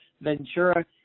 Ventura